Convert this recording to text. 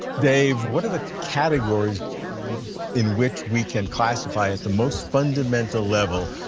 dave, what are the categories in which we can classify, at the most fundamental level,